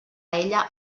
ella